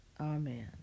Amen